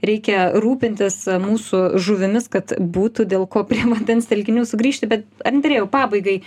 reikia rūpintis mūsų žuvimis kad būtų dėl ko prie vandens telkinių sugrįžti bet andrejau pabaigai